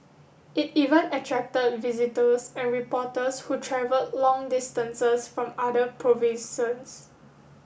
it even attracted visitors and reporters who travel long distances from other provinces